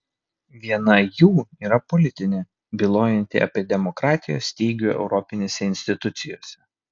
viena jų yra politinė bylojanti apie demokratijos stygių europinėse institucijose